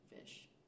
fish